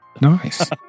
nice